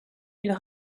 ils